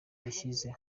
yashyize